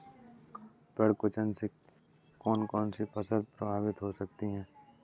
पर्ण कुंचन से कौन कौन सी फसल प्रभावित हो सकती है?